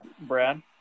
Brad